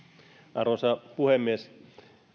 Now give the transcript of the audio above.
arvoisa puhemies